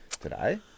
today